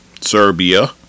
Serbia